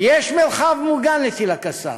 יש מרחב מוגן לטיל ה"קסאם",